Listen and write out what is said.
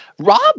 Rob